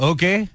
Okay